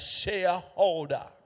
shareholder